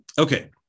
okay